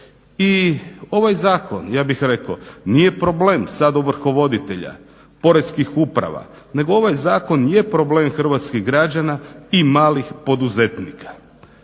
i ovaj zakon ja bih rekao nije problem sada ovrhovoditelja poreskih uprava nego ovaj zakon je problem hrvatskih građana i malih poduzetnika.